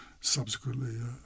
subsequently